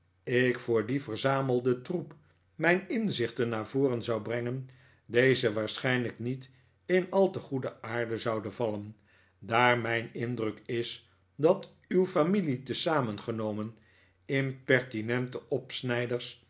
ik voor dien verzamelden troep mijn inzichten naar voren zou brengen deze waarschijnlijk niet in al te goede aarde zouden vallen daar mijn indruk is dat uw familie tezamen genomen impertinente opsnijders